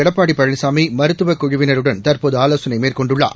எடப்பாடி பழனிசாமி மருத்துவக் குழுவினருடன் தற்போது ஆலோசனை மேற்கொண்டுள்ளார்